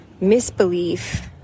misbelief